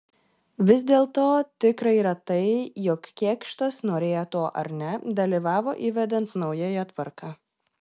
vis dėlto tikra yra tai jog kėkštas norėjo to ar ne dalyvavo įvedant naująją tvarką